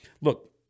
look